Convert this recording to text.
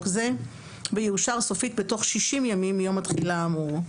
זה ויאושר סופית בתוך 60 ימים מיום התחילה האמור,